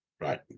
Right